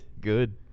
good